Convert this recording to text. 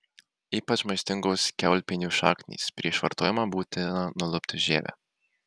ypač maistingos kiaulpienių šaknys prieš vartojimą būtina nulupti žievę